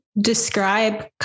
describe